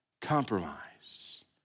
compromise